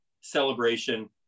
celebration